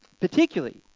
Particularly